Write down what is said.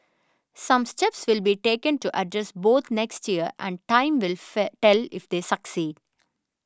some steps will be taken to address both next year and time will fell tell if they succeed